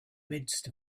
midst